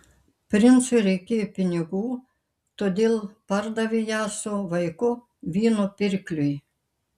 princui reikėjo pinigų todėl pardavė ją su vaiku vyno pirkliui